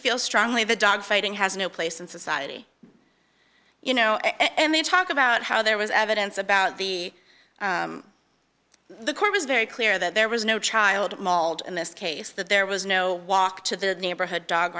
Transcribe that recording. feels strongly that dogfighting has no place in society you know and they talk about how there was evidence about the the court was very clear that there was no child mauled in this case that there was no walk to the neighborhood dog